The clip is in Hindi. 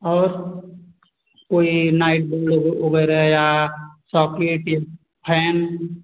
और कोई नाइट बोल्ब वगैरह या सॉकेट या फैन